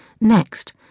Next